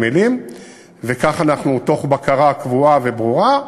וכך אנחנו, תוך בקרה קבועה וברורה,